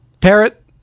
Parrot